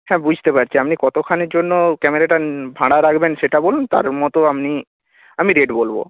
হ্যাঁ বুঝতে পারছি আপনি কতক্ষণের জন্য ক্যামেরাটা ভাড়া রাখবেন সেটা বলুন তার মতো আপনি আমি রেট বলব